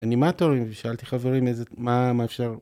אנימטורים ושאלתי חברים איזה מה אפשר